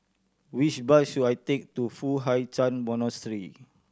which bus should I take to Foo Hai Ch'an Monastery